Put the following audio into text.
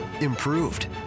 improved